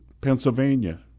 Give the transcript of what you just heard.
Pennsylvania